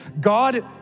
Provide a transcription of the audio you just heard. God